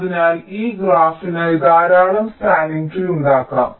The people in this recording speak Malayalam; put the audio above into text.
അതിനാൽ ഈ ഗ്രാഫിനായി ധാരാളം സ്പാനിങ് ട്രീ ഉണ്ടാകാം